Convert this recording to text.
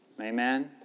Amen